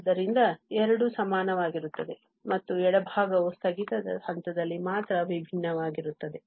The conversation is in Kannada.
ಆದ್ದರಿಂದ ಎರಡೂ ಸಮಾನವಾಗಿರುತ್ತದೆ ಮತ್ತು ಎಡಭಾಗವು ಸ್ಥಗಿತದ ಹಂತದಲ್ಲಿ ಮಾತ್ರ ಭಿನ್ನವಾಗಿರುತ್ತದೆ